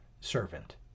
servant